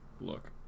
look